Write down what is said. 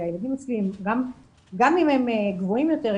כי הילדים אצלי גם אם הם גבוהים יותר,